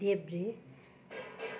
देब्रे